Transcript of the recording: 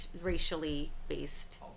racially-based